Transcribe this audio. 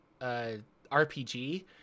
RPG